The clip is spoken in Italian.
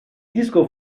disco